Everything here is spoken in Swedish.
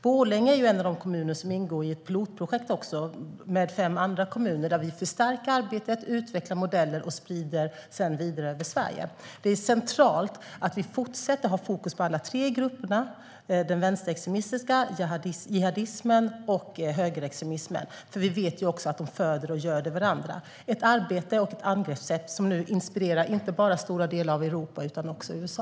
Borlänge är en av de kommuner som ingår i ett pilotprojekt med fem andra kommuner där vi förstärker arbetet, utvecklar modeller och sprider det vidare över Sverige. Det är centralt att vi fortsätter att ha fokus på alla tre grupperna, den vänsterextremistiska, jihadismen och högerextremismen. Vi vet att de föder och göder varandra. Det är ett arbete och ett angreppssätt som inspirerar inte bara stora delar av Europa utan också USA.